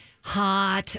Hot